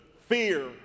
fear